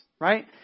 Right